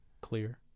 clear